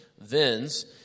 Vins